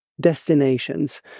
destinations